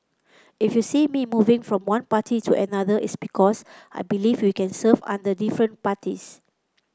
if you see me moving from one party to another it's because I believe we can serve under different parties